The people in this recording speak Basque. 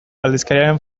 aldizkariaren